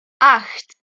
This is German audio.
acht